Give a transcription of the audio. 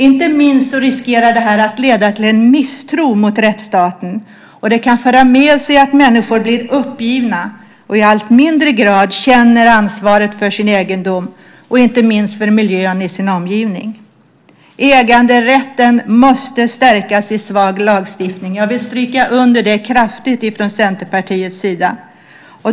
Inte minst riskerar det att leda till en misstro mot rättsstaten, och det kan föra med sig att människor blir uppgivna och i allt mindre grad känner ansvaret för sin egendom och för miljön i sin omgivning. Äganderätten måste stärkas i svensk lagstiftning. Jag vill stryka under det kraftigt från Centerpartiets sida.